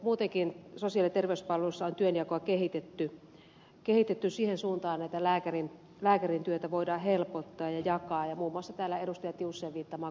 muutenkin sosiaali ja terveyspalvelussa on työnjakoa kehitetty siihen suuntaan että lääkärin työtä voidaan helpottaa ja jakaa ja muun muassa täällä ed